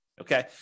Okay